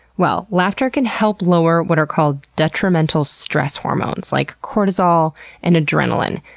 well, laughter can help lower what are called detrimental stress hormones, like cortisol and adrenaline.